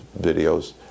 videos